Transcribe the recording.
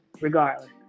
regardless